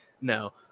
No